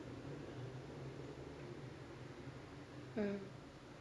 mm